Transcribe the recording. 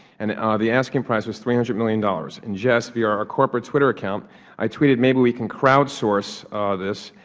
and the asking price was three hundred million dollars. in jest via a corporate twitter account i tweeted maybe we can crowd source this.